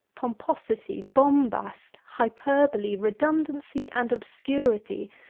pomposity, bombast, hyperbole, redundancy, and obscurity,